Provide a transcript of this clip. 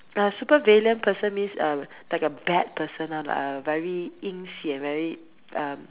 uh supervillain person means uh like a bad person lor like a very 阴险 very um